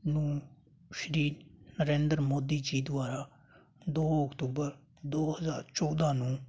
ਨੂੰ ਸ਼੍ਰੀ ਨਰਿੰਦਰ ਮੋਦੀ ਜੀ ਦੁਆਰਾ ਦੋ ਅਕਤੂਬਰ ਦੋ ਹਜ਼ਾਰ ਚੌਦ੍ਹਾਂ ਨੂੰ